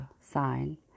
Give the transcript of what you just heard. sign